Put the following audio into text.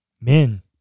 men